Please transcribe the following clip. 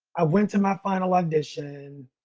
i went to my final audition.